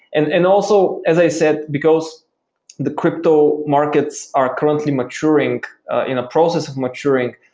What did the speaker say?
and and also as i said, because the crypto-markets are currently maturing in a process of maturing,